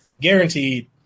guaranteed